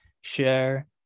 share